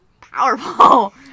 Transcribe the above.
powerful